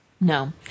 No